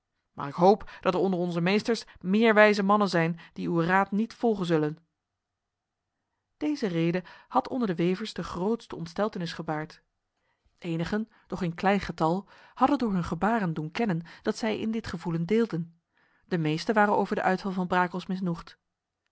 maar ik hoop dat er onder onze meesters meer wijze mannen zijn die uw raad niet volgen zullen deze rede had onder de wevers de grootste ontsteltenis gebaard enigen doch in klein getal hadden door hun gebaren doen kennen dat zij in dit gevoelen deelden de meesten waren over de uitval van brakels misnoegd